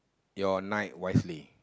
your night wisely